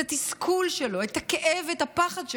את התסכול שלו, את הכאב ואת הפחד שלו,